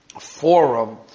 forum